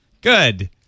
Good